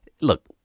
look